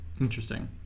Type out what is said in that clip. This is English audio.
Interesting